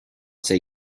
say